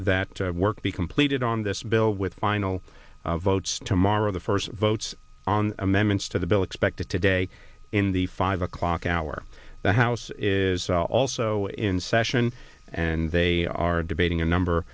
that work be completed on this bill with final votes tomorrow the first votes on amendments to the bill expected today in the five o'clock hour the house is also in session and they are debating a number